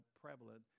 prevalent